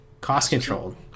Cost-controlled